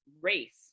race